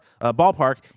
ballpark